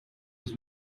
was